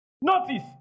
Notice